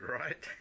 right